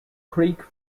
creek